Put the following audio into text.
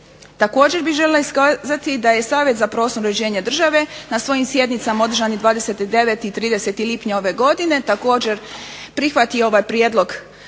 Također bih željela iskazati da je Savjet za prostorno uređenje država na svojim sjednicama održanih 29. i 30. lipnja ove godine također prihvatio ovaj prijedlog plana,